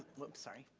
whoops, sorry.